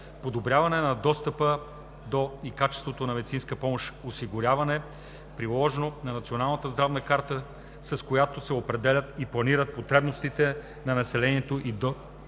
подобряване на достъпа и качеството на медицинска помощ; - осигуряване приложението на Националната здравна карта, с която се определят и планират потребностите на населението от достъпна